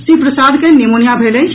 श्री प्रसाद के निमोनिया भेल अछि